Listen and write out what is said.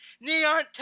Neon